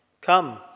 come